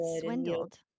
swindled